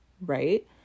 Right